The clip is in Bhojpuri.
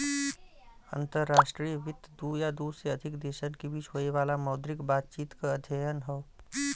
अंतर्राष्ट्रीय वित्त दू या दू से अधिक देशन के बीच होये वाला मौद्रिक बातचीत क अध्ययन हौ